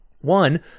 one